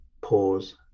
pause